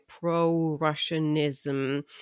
pro-Russianism